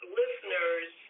listeners